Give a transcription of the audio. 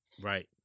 Right